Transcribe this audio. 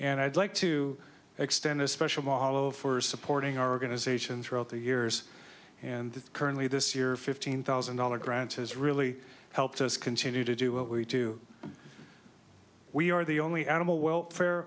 i'd like to extend a special model for supporting our organizations throughout the years and currently this year fifteen thousand dollars grants has really helped us continue to do what we do we are the only animal welfare